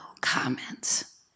comments